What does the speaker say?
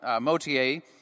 Motier